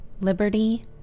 liberty